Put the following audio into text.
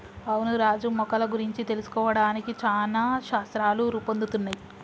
అవును రాజు మొక్కల గురించి తెలుసుకోవడానికి చానా శాస్త్రాలు రూపొందుతున్నయ్